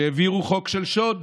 והעבירו חוק של שוד,